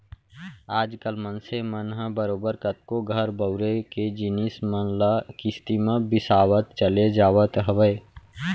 आज कल मनसे मन ह बरोबर कतको घर बउरे के जिनिस मन ल किस्ती म बिसावत चले जावत हवय